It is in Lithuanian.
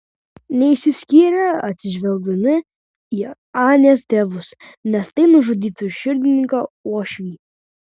neišsiskyrė atsižvelgdami į anės tėvus nes tai nužudytų širdininką uošvį